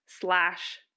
slash